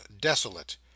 desolate